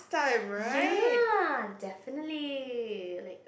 ya definitely like